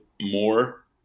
more